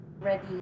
ready